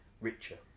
richer